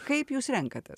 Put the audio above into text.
kaip jūs renkatės